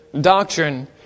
doctrine